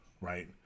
right